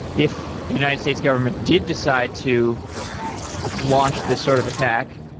if the united states government did decide to launch this sort of attack,